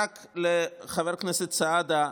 לחבר הכנסת סעדה,